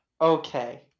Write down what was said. Okay